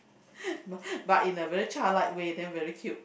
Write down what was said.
but but in a very childlike way then very cute